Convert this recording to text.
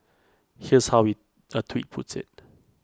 here's how we A tweet puts IT